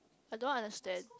I don't understand